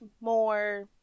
more